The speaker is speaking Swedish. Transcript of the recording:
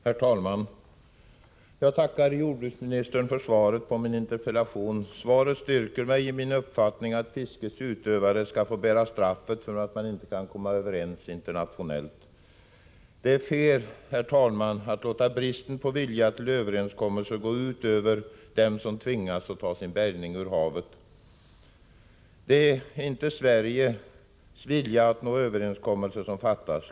Herr talman! Jag tackar jordbruksministern för svaret på min interpellation. Svaret styrker mig i min uppfattning att fiskets utövare får bära straffet för att man inte kan komma överens internationellt. Det är fel, herr talman, att låta bristen på vilja till överenskommelse gå ut över dem som tvingas ta sin bärgning ur havet. Det är inte Sveriges vilja att nå överenskommelse som fattas.